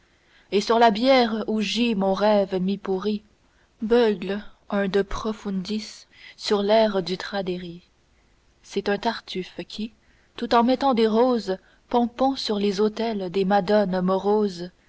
et sur la bière où gît mon rêve mi-pourri beugle un de profundis sur l'air du traderi c'est un tartufe qui tout en mettant des roses pompons sur les autels des madones moroses